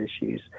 issues